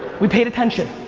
we paid attention.